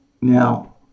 Now